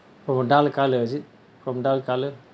from a dull colour is it from dull colour